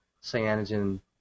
cyanogen